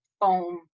foam